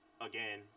Again